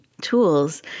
tools